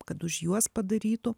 kad už juos padarytų